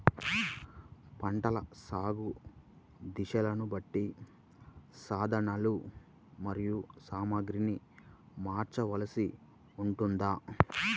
పంటల సాగు దశలను బట్టి సాధనలు మరియు సామాగ్రిని మార్చవలసి ఉంటుందా?